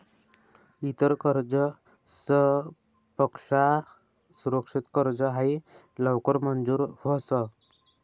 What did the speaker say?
इतर कर्जसपक्सा सुरक्षित कर्ज हायी लवकर मंजूर व्हस